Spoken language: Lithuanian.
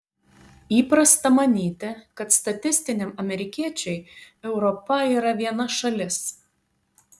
įprasta manyti kad statistiniam amerikiečiui europa yra viena šalis